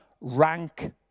rank